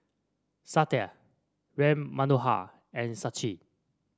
Satya Ram Manohar and Sachin